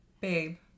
Babe